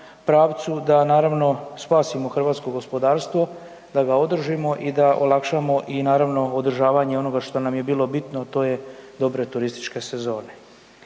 pravu da naravno spasimo hrvatsko gospodarstvo, da ga održimo i da olakšamo i održavanje onoga što nam je bilo bitno, a to je dobre turističke sezone.